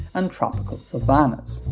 and tropical savannas.